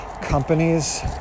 companies